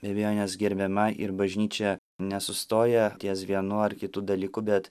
be abejonės gerbiama ir bažnyčia nesustoja ties vienu ar kitų dalykų bet